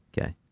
okay